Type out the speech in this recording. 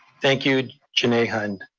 thank you jene hun.